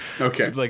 Okay